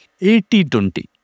80-20